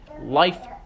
life